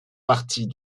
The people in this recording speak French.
partie